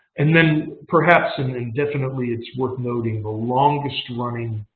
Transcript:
and then perhaps, and and definitely it's worth noting, the longest running,